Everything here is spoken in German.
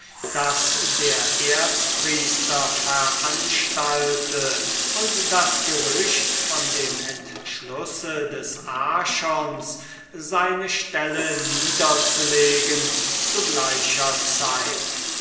das der erzpriester veranstalte und das gerüchte von dem entschluß des archon seine stelle niederzulegen zu gleicher zeit